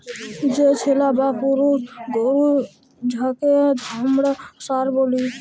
যে ছেলা বা পুরুষ গরু যাঁকে হামরা ষাঁড় ব্যলি